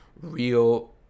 real